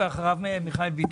ואחריו מיכאל ביטון.